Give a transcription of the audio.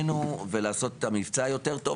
איך לעשות את המבצע יותר טוב,